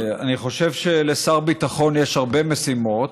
אני חושב שלשר ביטחון יש הרבה משימות,